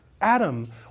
Adam